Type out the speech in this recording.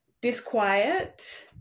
disquiet